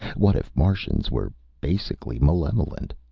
what if martians were basically malevolent?